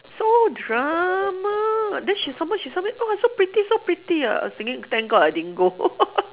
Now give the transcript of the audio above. so drama then she some more she send me !wah! so pretty so pretty ah I was thinking thank god I didn't go